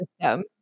system